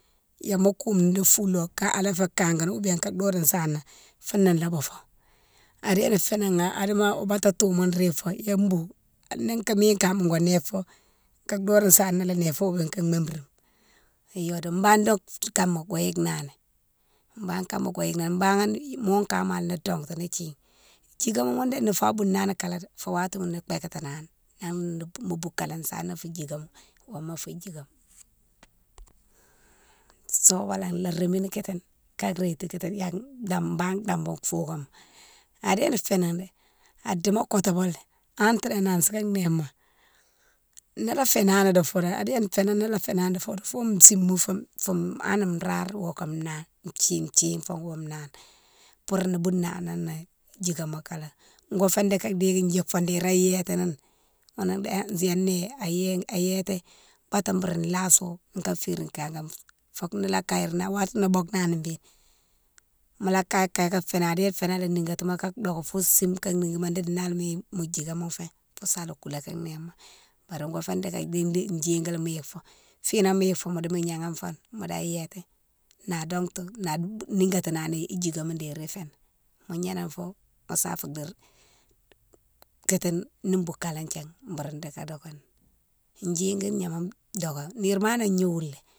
Yama koume ni di foule lo ala fé kangane oubien ka dode sana foune la boufo, adéne fénan né idimo baté touma rike foni ya bou ni ka mine kama go néfo, ga dode sana la néfo oubien ka mabrine, ba doun di yoni kama go yike nani, banne kama go yike nani, banne mo kama lé mo dongtou nou thine, djikama ghounne dé nofa bounani kalé dé fou watiminan pékatina ni nang lé mo boukalé sana fou djikama, woma fou djikama. Sobémalé la rémini kitine ka rétiti yanne da banne danmbou fougane. adéne fénan adimo kotobo lé entidi anansi némo, nola fé nani di fodo, adéne fénan nolo fénan di fodo, fo isima foune fo hanni rare. o kame nani, thine, thine fo o nane pour no bounané djikéma kala, go fé di ka dérine djikfo déri ayétini ghounne di ha yanne né ayé ayéti baté bourou laso ka férine kangama fo nola karine watima no boknani béne mola kagne kagne fénan adé fénan alo nigatimo ka doké fou sime ka nigomo di nalé mo djikéma fé asala koulé ka némo. Bari wo fé di djihigui mo yike fo, finan mo yike fo mo di gnéghé fone modi ayéti na dongtou, na nigatimani idjikama déri iféni, mo gnénan fo mosa fo di kéténe ni boukalé nthié bourou dika doké, djihigui gnama doké nire ma hanna gnowoune né.